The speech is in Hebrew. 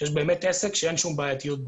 שיש באמת עסק שאין בו שום בעייתיות.